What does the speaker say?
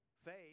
Faith